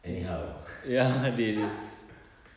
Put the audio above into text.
anyhow